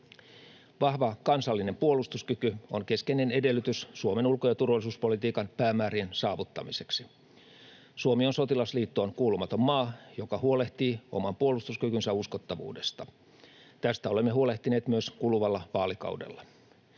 Vahva kansallinen puolustuskyky on keskeinen edellytys Suomen ulko- ja turvallisuuspolitiikan päämäärien saavuttamiseksi. Suomi on sotilasliittoon kuulumaton maa, joka huolehtii oman puolustuskykynsä uskottavuudesta. Tästä olemme huolehtineet myös kuluvalla vaalikaudella.